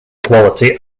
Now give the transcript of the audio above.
quality